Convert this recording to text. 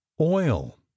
Oil